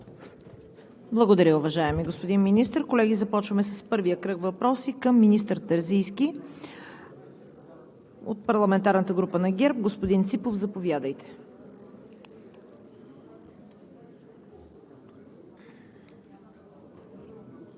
Готов съм в допълнение да отговоря и на въпроси. Благодаря Ви за вниманието. ПРЕДСЕДАТЕЛ ЦВЕТА КАРАЯНЧЕВА: Благодаря, уважаеми господин Министър. Колеги, започваме с първия кръг въпроси към министър Терзийски. От парламентарната група на ГЕРБ – господин Ципов, заповядайте.